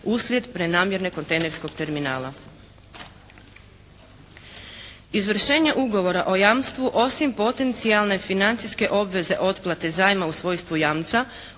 uslijed prenamjene kontejnerskog terminala. Izvršenje ugovora o jamstvu osim potencijalne financijske obveze otplate zajma u svojstvu jamca